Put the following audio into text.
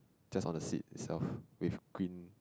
just on the seat itself with green